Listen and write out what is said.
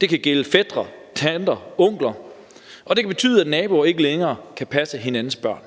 det kan også gælde fætre, tanter, onkler – og det kan betyde, at naboer ikke længere kan passe hinandens børn.